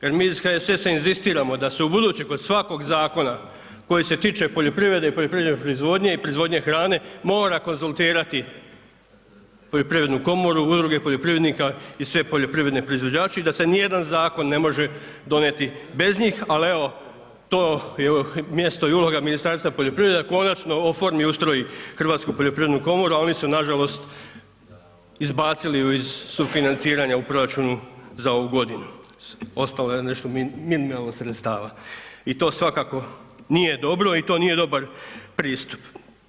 Jer mi iz HSS-a inzistiramo da se ubuduće kod svakog zakona koji se tiče poljoprivrede i poljoprivredne proizvodnje i proizvodnje hrane mora konzultirati poljoprivrednu komoru, udrugu poljoprivrednika i sve poljoprivredne proizvođače i da se nijedan zakon ne može donijeti bez njih, al evo to je mjesto i uloga Ministarstva poljoprivrede da konačno oformi i ustroji Hrvatsku poljoprivrednu komoru, a oni su nažalost izbacili ju iz sufinanciranja u proračunu za ovu godinu, ostalo je nešto minimalno sredstava i to svakako nije dobro i to nije dobar pristup.